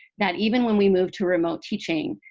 that even when we moved to remote teaching,